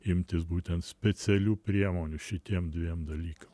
imtis būtent specialių priemonių šitiem dviem dalykam